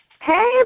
Hey